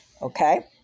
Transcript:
Okay